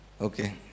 Okay